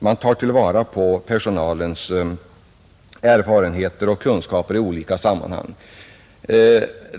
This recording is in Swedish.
Man skall ta till vara personalens erfarenheter och kunskaper i olika sammanhang.